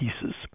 pieces